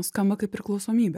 skamba kaip priklausomybė